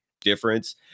difference